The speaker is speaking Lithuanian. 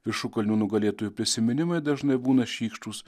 viršukalnių nugalėtojų prisiminimai dažnai būna šykštūs